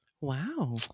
Wow